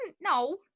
no